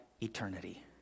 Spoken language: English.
eternity